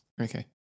Okay